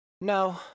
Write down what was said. No